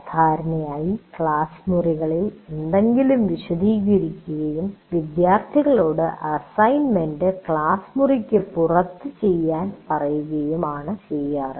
സാധാരണയായി ക്ലാസ്സ് മുറികളിൽ എന്തെങ്കിലും വിശദീകരിക്കുകയും വിദ്യാർഥികളോട് അസൈൻമെൻറ് ക്ലാസ് മുറിക്ക് പുറത്ത് ചെയ്യാൻ പറയുകയും ആണ് ചെയ്യാറ്